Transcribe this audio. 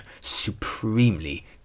supremely